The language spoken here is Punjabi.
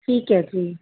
ਠੀਕ ਹੈ ਜੀ